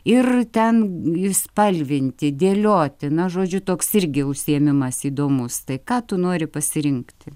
ir ten spalvinti dėlioti na žodžiu toks irgi užsiėmimas įdomus tai ką tu nori pasirinkti